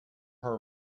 her